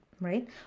right